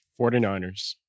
49ers